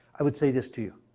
i would say this to you.